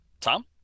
Tom